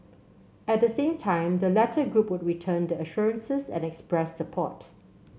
at the same time the latter group would return the assurances and express support